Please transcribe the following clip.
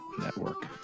network